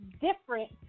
different